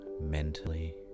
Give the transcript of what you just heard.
mentally